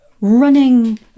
running